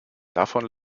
davon